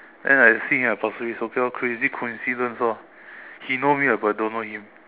then I see him so it's a pure crazy coincidence orh he knows me but I don't know him